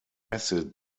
acid